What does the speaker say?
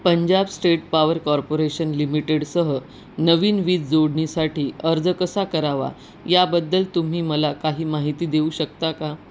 Punjab state power corporation लिमिटेडसह नवीन वीज जोडणीसाठी अर्ज कसा करावा याबद्दल तुम्ही मला काही माहिती देऊ शकता का